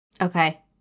Okay